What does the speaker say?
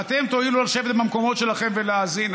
ואתם תואילו לשבת במקומות שלכם ולהאזין.